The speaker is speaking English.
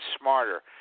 smarter